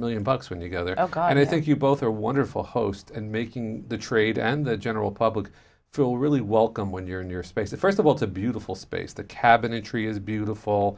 a million bucks when you go there and i think you both are wonderful host and making the trade and the general public feel really welcome when you're in your space that first of all it's a beautiful space the cabin the tree is beautiful